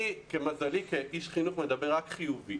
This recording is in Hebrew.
אני למזלי כאיש חינוך מדבר רק חיובי.